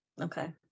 Okay